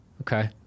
Okay